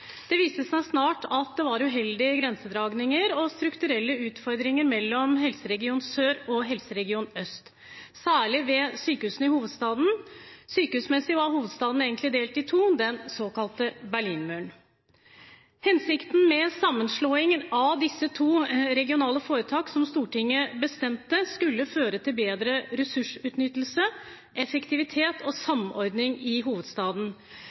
Det viste seg snart at det var uheldige grensedragninger og strukturelle utfordringer mellom helseregion Sør og helseregion Øst, særlig ved sykehusene i hovedstaden. Sykehusmessig var hovedstaden egentlig delt i to, den såkalte Berlinmuren. Hensikten med sammenslåingen av disse to regionale foretakene, som Stortinget bestemte, var at det skulle føre til bedre ressursutnyttelse, effektivitet og samordning i hovedstaden.